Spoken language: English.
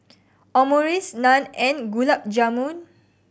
Omurice Naan and Gulab Jamun